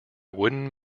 wooden